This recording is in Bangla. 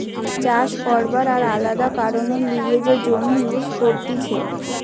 চাষ করবার আর আলাদা কারণের লিগে যে জমি ইউজ করতিছে